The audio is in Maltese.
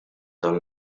dan